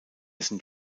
sind